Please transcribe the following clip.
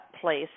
place